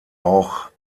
auch